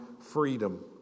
freedom